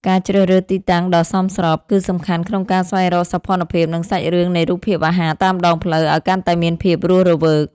ការជ្រើសរើសទីតាំងដ៏សមស្រប គឺសំខាន់ក្នុងការស្វែងរកសោភ័ណភាព និងសាច់រឿងនៃរូបភាពអាហារតាមដងផ្លូវឱ្យកាន់តែមានភាពរស់រវើក។